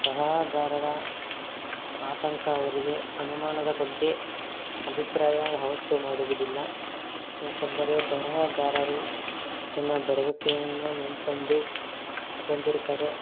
ಬರಹಗಾರರ ಆತಂಕ ಅವರಿಗೆ ಅನುಮಾನದ ಬಗ್ಗೆ ಅಭಿಪ್ರಾಯ ಯಾವತ್ತೂ ಮಾಡುವುದಿಲ್ಲ ಯಾಕೆಂದರೆ ಬರಹಗಾರರು ಜನ ಬರುವಿಕೆಯನ್ನೇ ನಂಬ್ಕೊಂಡು ಬಂದಿರ್ತಾರೆ